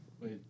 Wait